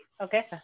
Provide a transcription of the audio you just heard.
Okay